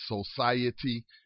society